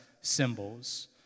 symbols